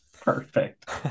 Perfect